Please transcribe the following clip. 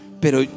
pero